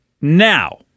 Now